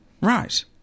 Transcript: Right